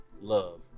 love